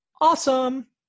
Awesome